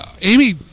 Amy